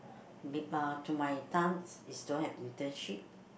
uh to my time is is don't have internship